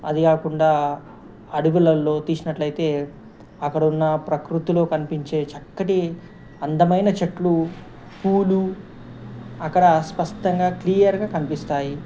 అది కాకుండా అడవులల్లో తీసినట్లయితే అక్కడున్న ప్రకృతిలో కనిపించే చక్కటి అందమైన చెట్లు పూలు అక్కడ స్పష్టంగా క్లియర్గా కనిపిస్తాయి